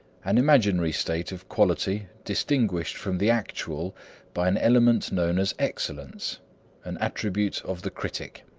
an imaginary state of quality distinguished from the actual by an element known as excellence an attribute of the critic.